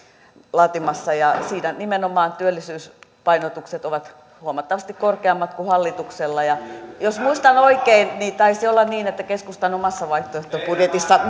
laatimassa siinä nimenomaan työllisyyspainotukset ovat huomattavasti korkeammat kuin hallituksella jos muistan oikein niin taisi olla niin että keskustan omassa vaihtoehtobudjetissa